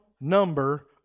Number